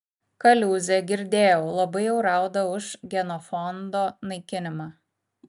kaliūzė girdėjau labai jau rauda už genofondo naikinimą